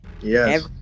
Yes